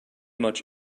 much